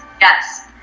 yes